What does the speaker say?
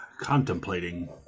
contemplating